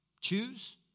choose